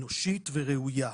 אנושית וראויה.